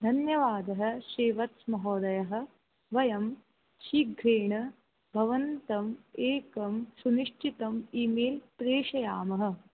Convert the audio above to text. धन्यवादः श्रीवत्समहोदयः वयं शीघ्रेण भवन्तम् एकं सुनिश्चितम् ईमेल् प्रेषयामः